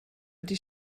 wedi